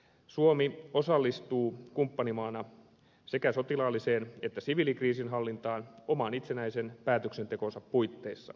suomi osallistuu kumppanimaana sekä sotilaalliseen että siviilikriisinhallintaan oman itsenäisen päätöksentekonsa puitteissa